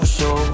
Show